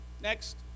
next